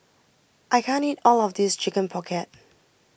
I can't eat all of this Chicken Pocket